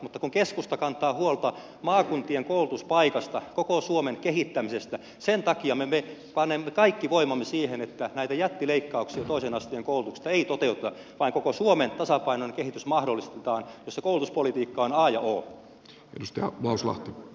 mutta kun keskusta kantaa huolta maakuntien koulutuspaikoista koko suomen kehittämisestä sen takia me panemme kaikki voimamme siihen että näitä jättileikkauksia toisen asteen koulutuksesta ei toteuteta vaan koko suomen tasapainoinen kehitys mahdollistetaan jossa koulutuspolitiikka on a ja o